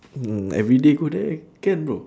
mm everyday go there can bro